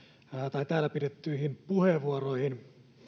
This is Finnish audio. tai täällä pidettyihin puheenvuoroihin